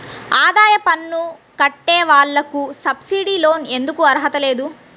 ఆదాయ పన్ను కట్టే వాళ్లకు సబ్సిడీ లోన్ ఎందుకు అర్హత లేదు?